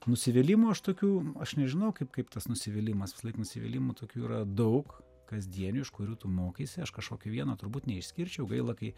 nusivylimų aš tokių aš nežinau kaip kaip tas nusivylimas visąlaik nusivylimų tokių yra daug kasdienių iš kurių tu mokaisi aš kažkokį vieną turbūt neišskirčiau gaila kai